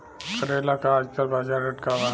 करेला के आजकल बजार रेट का बा?